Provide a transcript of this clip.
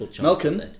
Malcolm